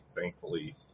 thankfully